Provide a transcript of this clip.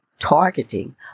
Targeting